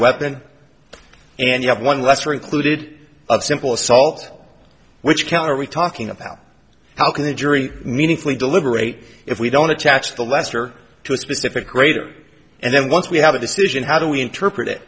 weapon and you have one lesser included of simple assault which count are we talking about how can the jury meaningfully deliberate if we don't attach the lester to a specific grader and then once we have a decision how do we interpret it